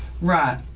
Right